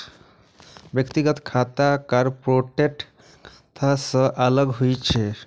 व्यक्तिगत खाता कॉरपोरेट खाता सं अलग होइ छै